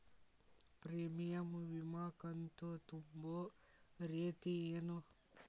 Premium ವಿಮಾ ಕಂತು ತುಂಬೋ ರೇತಿ ಏನು?